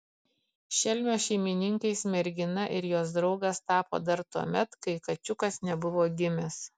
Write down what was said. šelmio šeimininkais mergina ir jos draugas tapo dar tuomet kai kačiukas nebuvo gimęs